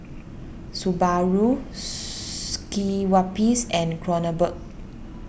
Subaru Schweppes and Kronenbourg